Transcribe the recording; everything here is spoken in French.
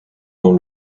dans